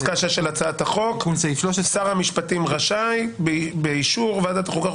תיקון סעיף 13. פסקה 6 של הצעת החוק: שר המשפטים רשאי באישור ועדת חוקה,